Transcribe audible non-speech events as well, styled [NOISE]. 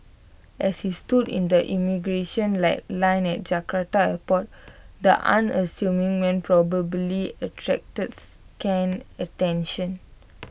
as he stood in the immigration [NOISE] line at Jakarta airport the unassuming man probably attracted scant attention